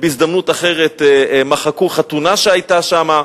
בהזדמנות אחרת מחקו חתונה שהיתה שם.